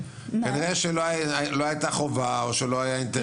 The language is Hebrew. כנראה שאולי לא הייתה חובה, או שלא היה אינטרס.